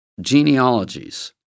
genealogies